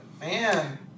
man